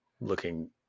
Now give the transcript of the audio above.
looking